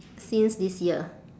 since this year